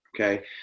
Okay